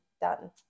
done